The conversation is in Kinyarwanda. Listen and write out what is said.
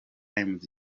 times